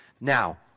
Now